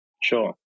Sure